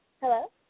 hello